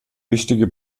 wichtige